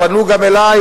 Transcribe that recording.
פנו גם אלי,